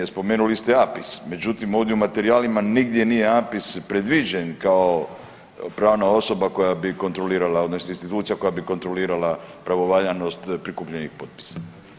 Spomenuli ste APIS, međutim ovdje u materijalima nigdje nije APIS predviđen kao pravna osoba koja bi kontrolirala, odnosno institucija koja bi kontrolirala pravovaljanost prikupljenih potpisa.